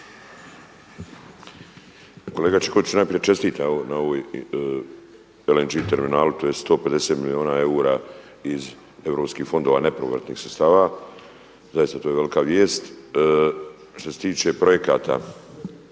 Kolega Čikoć čestitam na ovoj LNG terminalu to je 150 milijuna eura iz europskih fondova nepovratnih sredstava, zaista to je velika vijest. Što se tiče projekta,